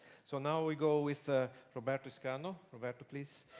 so now we go with ah roberto scano. roberto, please.